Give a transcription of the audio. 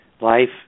life